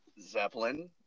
Zeppelin